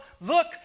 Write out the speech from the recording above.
look